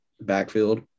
backfield